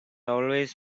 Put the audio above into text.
always